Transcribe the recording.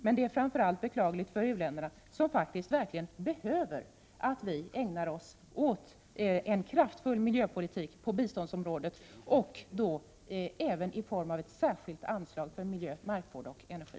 Men det är framför allt beklagligt för uländerna, för vilka det är behövligt att vi ägnar oss åt en kraftfull miljöpolitik på biståndsområdet, även i form av ett särskilt anslag för miljö, markvård och energi.